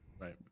right